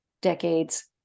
decades